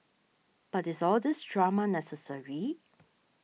but is all these drama necessary